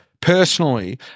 personally